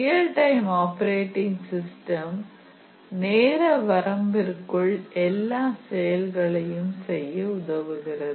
real time operating system நேர வரம்புக்குள் எல்லா செயல்களையும் செய்ய உதவுகிறது